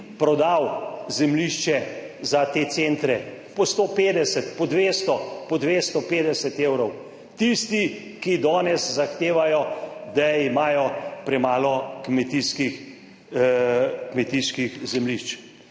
zemljišče za te centre po 150, po 200, po 250 evrov? Tisti, ki danes zahtevajo, da imajo premalo kmetijskih zemljišč.